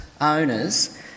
owners